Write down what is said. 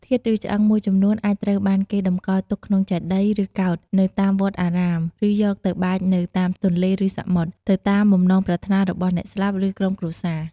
ធាតុឬឆ្អឹងមួយចំនួនអាចត្រូវបានគេតម្កល់ទុកក្នុងចេតិយឬកោដ្ឋ នៅតាមវត្តអារាម ឬយកទៅបាចនៅតាមទន្លេ ឬសមុទ្រ ទៅតាមបំណងប្រាថ្នារបស់អ្នកស្លាប់ ឬក្រុមគ្រួសារ។